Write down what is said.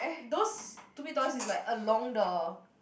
those stupid toys is like along the